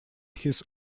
his